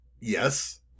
yes